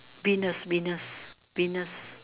penis penis penis